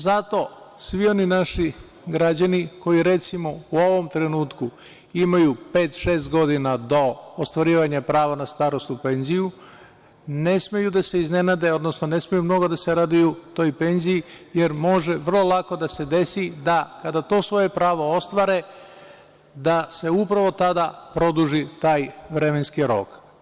Zato svi oni naši građani koji, recimo, u ovom trenutku imaju pet, šest godina do ostvarivanja prava na starosnu penziju, ne smeju da se iznenade, odnosno ne smeju mnogo da se raduju toj penziji, jer može vrlo lako da se desi da kada to svoje pravo ostvare da se upravo tada produži taj vremenski rok.